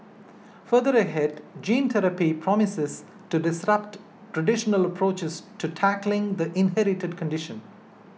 further ahead gene therapy promises to disrupt traditional approaches to tackling the inherited condition